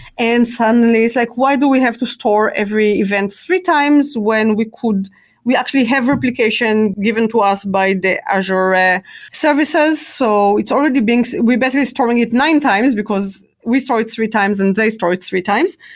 and suddenly it's like, why do we have to store every events three times when we could we actually have replication given to us by the azure ah services. so it's already been we're basically storing it nine times, because we store it three times and they store it three times.